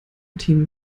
team